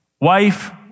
wife